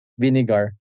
vinegar